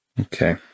Okay